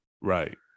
Right